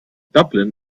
dublin